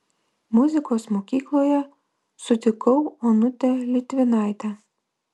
muzikos mokykloje sutikau onutę litvinaitę